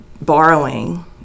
borrowing